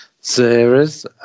series